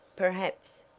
perhaps,